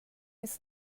his